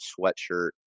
sweatshirt